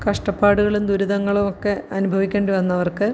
കഷ്ടപ്പാടുകളും ദുരിതങ്ങളും ഒക്കെ അനുഭവിക്കേണ്ടി വന്നവർക്ക്